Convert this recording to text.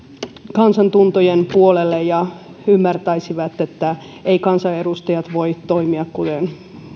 kansan tuntojen puolelle ja ymmärtäisivät että eivät kansanedustajat voi toimia kuten